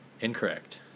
Incorrect